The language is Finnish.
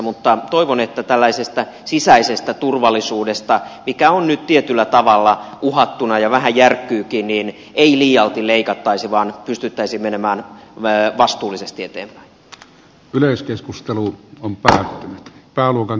mutta toivon että tällaisesta sisäisestä turvallisuudesta mikä on nyt tietyllä tavalla uhattuna ja vähän järkkyykin ei liialti leikattaisi vaan pystyttäisiin menemään vastuullisesti eteenpäin